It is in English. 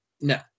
No